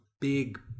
big